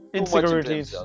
Insecurities